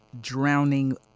drowning